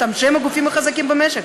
שהם הגופים החזקים במשק.